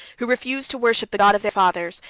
who refused to worship the god of their fathers,